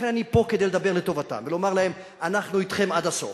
לכן אני פה כדי לדבר לטובתם ולומר להם: אנחנו אתכם עד הסוף.